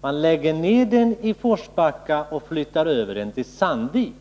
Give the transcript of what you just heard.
Man lägger ned produktionen i Forsbacka och flyttar över den till Sandvik.